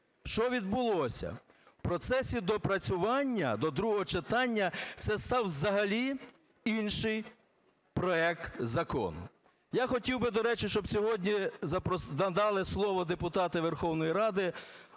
Що відбулося? У процесі доопрацювання до другого читання це став взагалі інший проект закону. Я хотів би, до речі, щоб сьогодні надали слово депутату Верховної Ради,